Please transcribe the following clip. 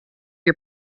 you